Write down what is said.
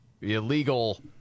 illegal